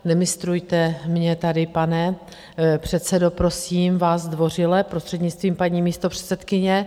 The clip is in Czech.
Nemistrujte mě tady, pane předsedo, prosím vás zdvořile prostřednictvím paní místopředsedkyně.